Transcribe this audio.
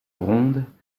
ronde